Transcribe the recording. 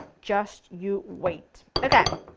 just you wait! okay,